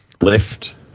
left